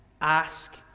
ask